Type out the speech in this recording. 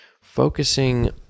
focusing